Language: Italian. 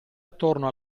attorno